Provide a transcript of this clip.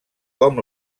com